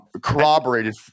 corroborated